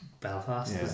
belfast